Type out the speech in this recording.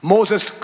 Moses